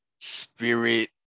spirit